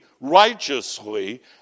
righteously